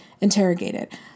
interrogated